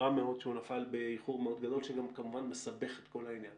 רע מאוד שהוא נפל באיחור מאוד גדול שגם כמובן מסבך את כל העניין.